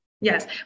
Yes